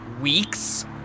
Weeks